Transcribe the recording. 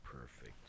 perfect